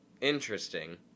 Interesting